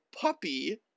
puppy